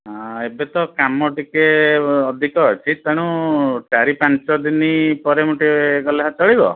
ହଁ ଏବେ ତ କାମ ଟିକିଏ ଅଧିକ ଅଛି ତେଣୁ ଚାରି ପାଞ୍ଚ ଦିନ ପରେ ମୁଁ ଟିକେ ଗଲେ ଚଳିବ